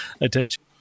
attention